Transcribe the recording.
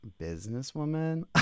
businesswoman